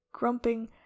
grumping